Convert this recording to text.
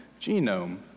genome